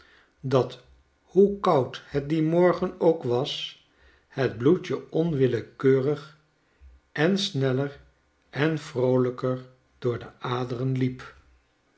dat hoe koud het dien morgen ook was hetbloed je onwillekeurig en sneller en vroolijker door de aderen liep